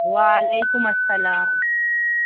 وعلیکم السّلام